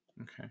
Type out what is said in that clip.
Okay